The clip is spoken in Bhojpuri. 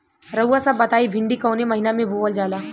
रउआ सभ बताई भिंडी कवने महीना में बोवल जाला?